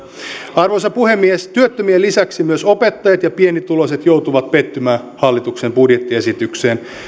arvoisa puhemies työttömien lisäksi myös opettajat ja pienituloiset joutuvat pettymään hallituksen budjettiesitykseen